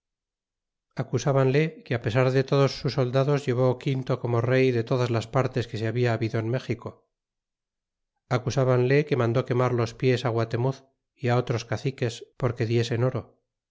acusbanle que pesar de todos sus soldados llevó quinto como rey de todas las partes que se habian habido en méxico acusábanle que mandó quemar los pies guatemuz ó otros caciques porque diesen oro